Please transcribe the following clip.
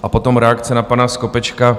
A potom reakce na pana Skopečka.